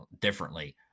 differently